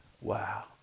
Wow